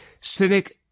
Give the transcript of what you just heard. Cynic